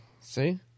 See